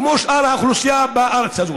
כמו שאר האוכלוסייה בארץ הזאת.